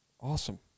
awesome